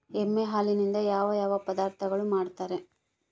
ಎಮ್ಮೆ ಹಾಲಿನಿಂದ ಯಾವ ಯಾವ ಪದಾರ್ಥಗಳು ಮಾಡ್ತಾರೆ?